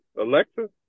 Alexa